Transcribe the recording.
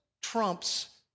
trumps